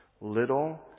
Little